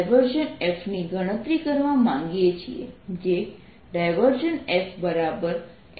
f ની ગણતરી કરવા માંગીએ છીએ જે